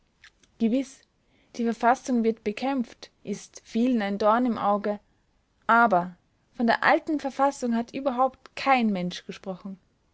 gewiß die verfassung wird bekämpft ist vielen ein dorn im auge aber von der alten verfassung hat überhaupt kein mensch gesprochen